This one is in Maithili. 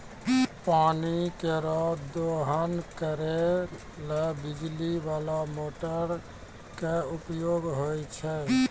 पानी केरो दोहन करै ल बिजली बाला मोटर क उपयोग होय छै